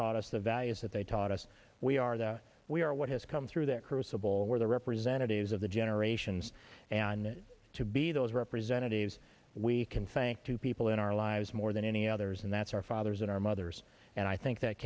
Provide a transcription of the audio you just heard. taught us the values that they taught us we are the we are what has come through that crucible where the representatives of the generations and to be those representatives we can thank to people in our lives more than any others and that's our fathers and our mothers and i think that